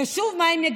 אני יכול למחוק.